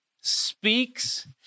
speaks